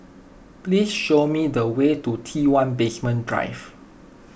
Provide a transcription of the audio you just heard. please show me the way to T one Basement Drive